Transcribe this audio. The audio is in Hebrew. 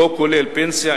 לא כולל פנסיה,